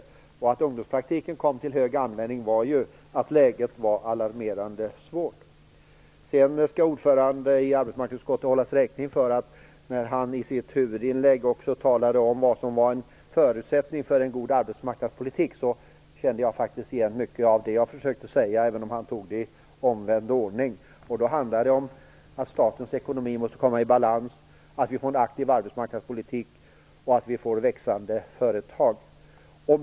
Anledningen till att ungdomspraktiken kom till stor användning var att läget var alarmerande svårt. Ordföranden i arbetsmarknadsutskottet skall hållas räkning för det han i sitt huvudinlägg sade om vad som var förutsättningar för en bra arbetsmarknadspolitik. Jag kände faktiskt igen mycket av det. Jag försökte säga det, med nu blev det i omvänd ordning. Det handlar om att statens ekonomi måste bringas i balans, att vi får en aktiv arbetsmarknadspolitik och att vi får växande företag.